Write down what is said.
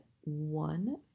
one